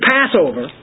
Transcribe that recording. Passover